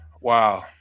Wow